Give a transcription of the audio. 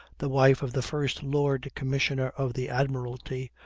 the wife of the first lord commissioner of the admiralty,